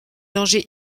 danger